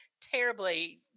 terribly